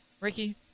Ricky